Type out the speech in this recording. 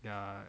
ya